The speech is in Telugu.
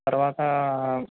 తరువాతా